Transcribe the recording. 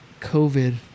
covid